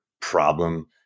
problem